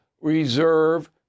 reserve